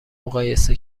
مقایسه